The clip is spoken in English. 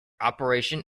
operation